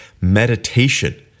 meditation